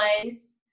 place